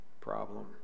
problem